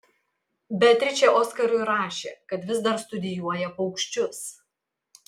beatričė oskarui rašė kad vis dar studijuoja paukščius